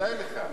כדאי לך,